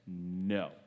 no